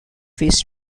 fish